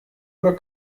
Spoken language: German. oder